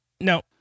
no